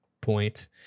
point